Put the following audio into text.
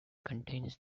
contains